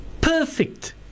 perfect